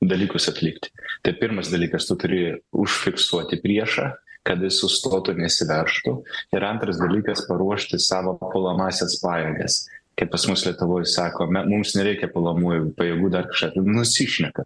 dalykus atlikti tai pirmas dalykas tu turi užfiksuoti priešą kad jis sustotų nesiveržtų ir antras dalykas paruošti savo puolamąsias pajėgas kaip pas mus lietuvoj sakome mums nereikia puolamųjų pajėgų dar nusišneka